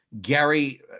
Gary